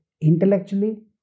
intellectually